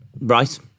right